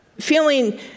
feeling